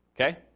Okay